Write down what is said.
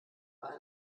bei